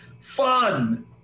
fun